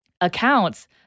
accounts